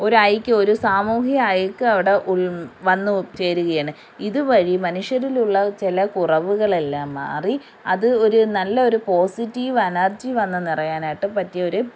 ഒരു ഐക്യം ഒരു സാമൂഹിക ഐക്യം അവിടെ വന്നു ചേരുകയാണ് ഇതുവഴി മനുഷ്യരിലുള്ള ചില കുറവുകളെല്ലാം മാറി അത് ഒരു നല്ല ഒരു പോസിറ്റീവ് എനർജി വന്നു നിറയാനായിട്ട് പറ്റിയ ഒരു